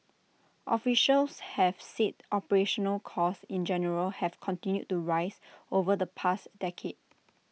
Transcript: officials have said operational costs in general have continued to rise over the past decade